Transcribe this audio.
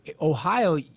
Ohio